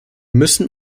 müssen